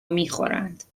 میخورند